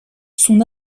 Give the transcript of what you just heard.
son